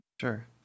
Sure